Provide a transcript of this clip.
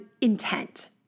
intent